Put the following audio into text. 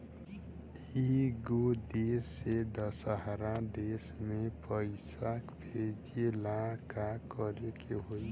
एगो देश से दशहरा देश मे पैसा भेजे ला का करेके होई?